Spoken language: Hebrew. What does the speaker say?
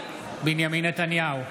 בנימין נתניהו,